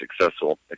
successful